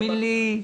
תאמין לי,